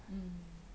mmhmm